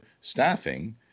staffing